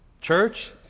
Church